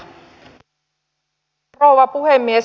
arvoisa rouva puhemies